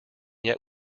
yet